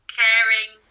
caring